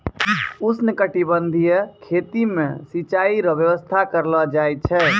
उष्णकटिबंधीय खेती मे सिचाई रो व्यवस्था करलो जाय छै